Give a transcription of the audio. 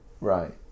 right